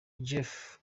jeff